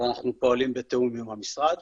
ואנחנו פועלים בתיאום עם המשרד.